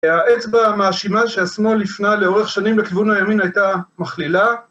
האצבע המאשימה שהשמאל הפנה לאורך שנים לכיוון הימין הייתה מכלילה.